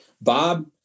Bob